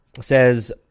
says